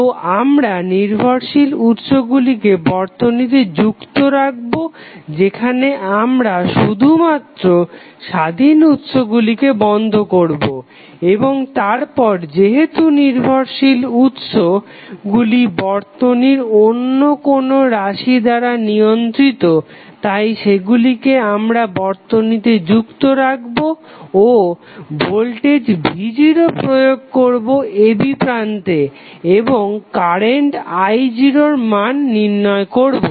তো আমরা নির্ভরশীল উৎস গুলিকে বর্তনীতে যুক্ত রাখবো যেখানে আমরা শুধুমাত্র স্বাধীন উৎসগুলিকে বন্ধ করবো এবং তারপর যেহেতু নির্ভরশীল উৎস গুলি বর্তনীর অন্য কোনো রাশি দ্বারা নিয়ন্ত্রিত তাই সেগুলিকে আমরা বর্তনীতে যুক্ত রাখবো ও ভোল্টেজ v0 প্রয়োগ করবো a b প্রান্তে এবং কারেন্ট i0 নির্ণয় করবো